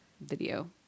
video